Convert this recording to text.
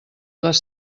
les